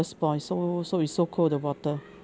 spoil so so is so cold the water